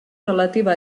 relativa